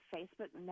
Facebook